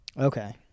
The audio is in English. okay